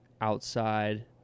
outside